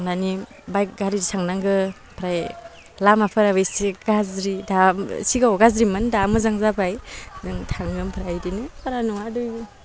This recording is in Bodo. थांनानै बाइक गारिजों थांनांगौ ओमफ्राय लामाफोराबो इसे गाज्रि दा सिगाङाव गाज्रिमोन दा मोजां जाबाय जों थाङो ओमफ्राय बिदिनो बारा नङा दुइ